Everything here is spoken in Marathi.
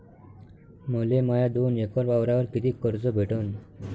मले माया दोन एकर वावरावर कितीक कर्ज भेटन?